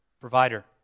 provider